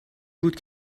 بود